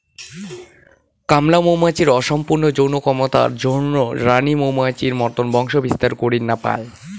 কামলা মৌমাছির অসম্পূর্ণ যৌন ক্ষমতার জইন্যে রাণী মৌমাছির মতন বংশবিস্তার করির না পায়